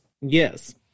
yes